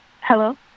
hello